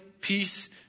peace